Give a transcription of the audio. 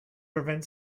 prevent